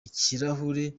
ikirahure